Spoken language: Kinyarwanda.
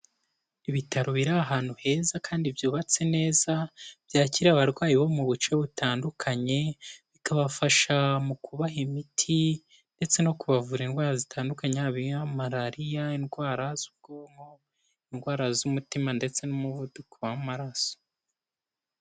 Ibitaro biri ahantu heza kandi byubatse neza, byakira abarwayi bo mu buce butandukanye, bikabafasha mu kubaha imiti, ndetse no kubavura indwara zitandukanye yaba iya Malariya, indwara z'ubwonko, indwara z'umutima, ndetse n'umuvuduko w'amaraso.